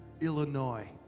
Illinois